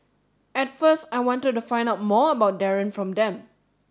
at first I wanted to find out more about Darren from them